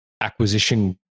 acquisition